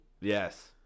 Yes